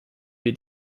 wir